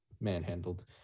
manhandled